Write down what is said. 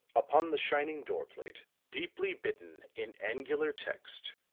upon the shining door-plate, deeply bitten in angular text,